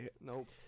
Nope